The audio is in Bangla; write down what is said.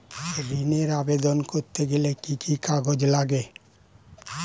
ঋণের আবেদন করতে গেলে কি কি কাগজ লাগে?